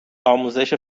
آموزش